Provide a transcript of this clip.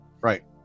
Right